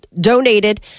donated